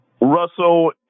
Russell